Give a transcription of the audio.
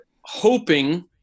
hoping